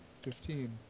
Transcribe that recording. Fifteen